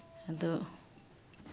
ᱟᱫᱚ